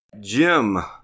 Jim